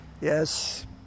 Yes